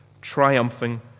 triumphing